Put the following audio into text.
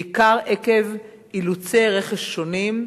בעיקר עקב אילוצי רכש שונים,